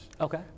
Okay